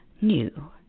new